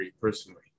personally